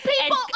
people